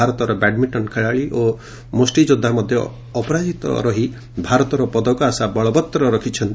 ଭାରତର ବ୍ୟାଡମିଷ୍ଟନ ଖେଳାଳି ଓ ମୁଷ୍ଠିଯୋଦ୍ଧା ମଧ୍ୟ ଅପରାଜିତ ରହି ଭାରତର ପଦକ ଆଶା ବଳବତ୍ତର ରଖିଛନ୍ତି